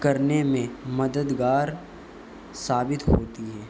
کرنے میں مددگار ثابت ہوتی ہے